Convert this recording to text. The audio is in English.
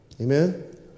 Amen